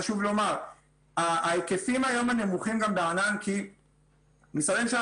חשוב לומר שההיקפים היום גם נמוכים בענן כי משרדי הממשלה